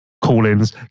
call-ins